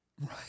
right